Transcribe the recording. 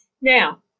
Now